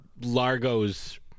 Largo's